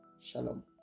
Shalom